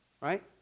right